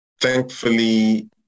Thankfully